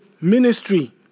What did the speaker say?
ministry